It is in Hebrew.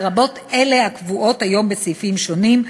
לרבות אלה הקבועות היום בסעיפים שונים,